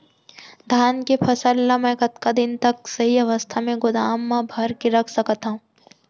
धान के फसल ला मै कतका दिन तक सही अवस्था में गोदाम मा भर के रख सकत हव?